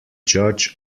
judge